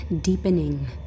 deepening